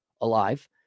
alive